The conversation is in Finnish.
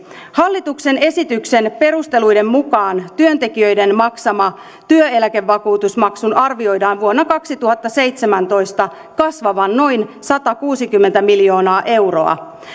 hallituksen esityksen perusteluiden mukaan työntekijöiden maksaman työeläkevakuutusmaksun arvioidaan vuonna kaksituhattaseitsemäntoista kasvavan noin satakuusikymmentä miljoonaa euroa